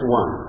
one